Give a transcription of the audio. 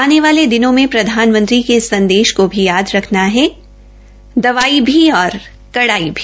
आने वाले दिनों में प्रधानमंत्री के इस संदेश को भी याद रखना है दवाई भी और कड़ाई भी